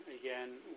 again